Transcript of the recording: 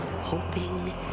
hoping